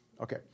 Okay